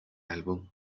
álbum